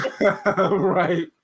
right